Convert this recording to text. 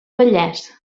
vallès